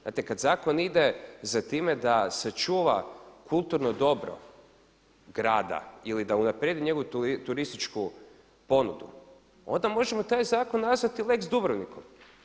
Znate kad zakon ide za time da se čuva kulturno dobro grada ili da unaprijedi njegovu turističku ponudu, onda možemo taj zakon nazvati lex Dubrovnikom.